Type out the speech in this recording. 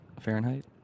Fahrenheit